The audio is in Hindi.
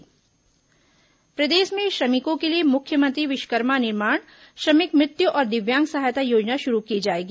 श्रमिक योजना प्रदेश में श्रमिकों के लिए मुख्यमंत्री विश्वकर्मा निर्माण श्रमिक मृत्यु और दिव्यांग सहायता योजना शुरू की जाएगी